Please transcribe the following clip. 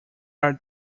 are